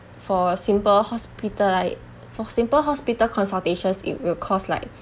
for a simple hospital like for simple hospital consultations it will cost like